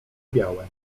białe